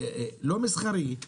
שהוא אומנם לא מסחרי,